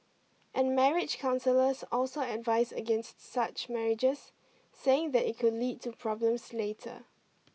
and marriage counsellors also advise against such marriages saying that it could lead to problems later